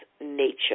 nature